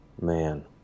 Man